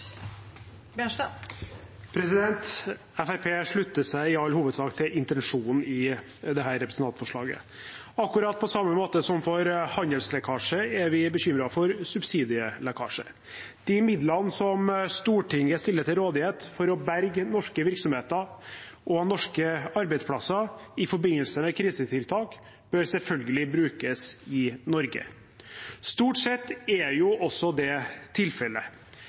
slutter seg i all hovedsak til intensjonen i dette representantforslaget. Akkurat på samme måte som for handelslekkasje er vi bekymret for subsidielekkasje. De midlene som Stortinget stiller til rådighet for å berge norske virksomheter og norske arbeidsplasser i forbindelse med krisetiltak, bør selvfølgelig brukes i Norge. Stort sett er jo også det tilfellet.